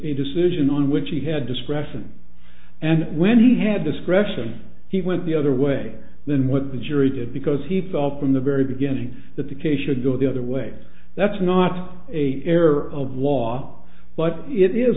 a decision on which he had discretion and when he had discretion he went the other way than what the jury did because he felt from the very beginning that the case should go the other way that's not a error of law but it is